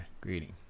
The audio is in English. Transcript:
greeting